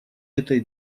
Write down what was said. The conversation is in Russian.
этой